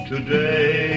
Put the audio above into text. Today